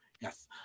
Yes